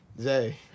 Zay